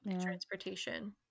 transportation